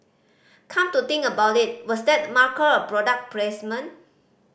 come to think about it was that marker a product placement